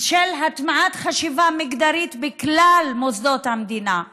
של הטמעת חשיבה מגדרית בכלל מוסדות המדינה,